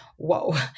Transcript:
whoa